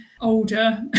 older